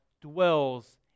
dwells